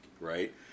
right